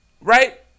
Right